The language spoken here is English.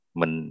mình